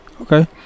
okay